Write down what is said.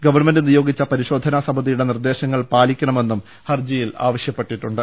government നിയോഗിച്ചു പരിശോധനാസമിതിയുടെ നിർദ്ദേശങ്ങൾ പാലി ക്ക ണ മെന്നും ഹർജി യിൽ ആവശ്യപ്പെട്ടിട്ടുണ്ട്